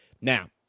Now